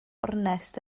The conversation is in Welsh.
ornest